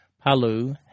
Palu